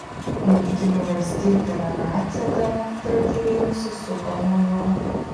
jungtinių valstijų delegacija demonstratyviai nusisuko nuo jo